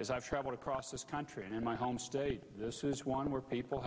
as i've traveled across this country and in my home state this is one